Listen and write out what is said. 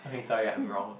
okay sorry I'm wrong